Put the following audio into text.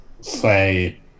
say